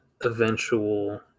eventual